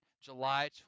July